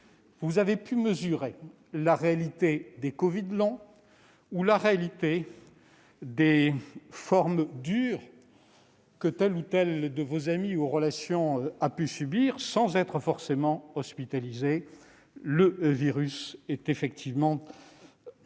vous avez pu mesurer la réalité des covid longs ou la réalité des formes dures que telle ou telle de vos relations a pu subir sans être forcément hospitalisée : le virus est en effet